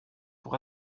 pour